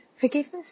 Forgiveness